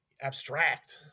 abstract